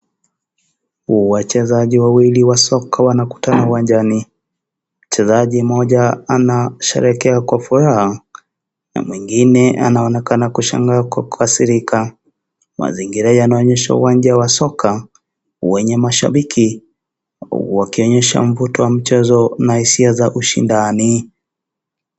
Wachezaji wawili wa soka wanakutana uwanjani. Mchezaji mmoja anasherehekea kwa furaha, na mwingine anaonekana kushangaa kwa kukasirika. Mazingira yanaonyesha uwanja wa soka wenye mashabiki, wakionyesha mvuto wa mchezo na hisia za ushindani.